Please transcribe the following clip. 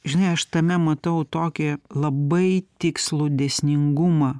žinai aš tame matau tokį labai tikslų dėsningumą